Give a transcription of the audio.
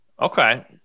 okay